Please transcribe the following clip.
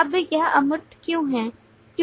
अब यह अमूर्त क्यों है